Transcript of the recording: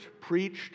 preached